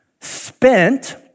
spent